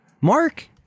Mark